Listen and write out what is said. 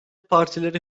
partileri